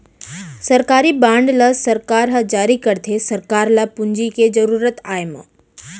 सरकारी बांड ल सरकार ह जारी करथे सरकार ल पूंजी के जरुरत आय म